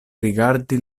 rigardi